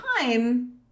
time